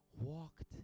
walked